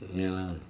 ya